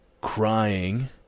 Crying